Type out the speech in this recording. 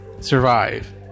survive